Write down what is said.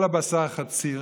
כל הבשר חציר